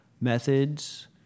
Methods